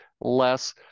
less